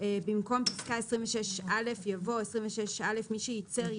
(2)במקום פסקה (26א) יבוא: "(26א1)מי שייצר,